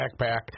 backpack